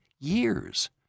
years